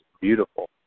beautiful